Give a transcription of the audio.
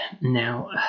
Now